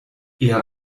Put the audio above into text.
eher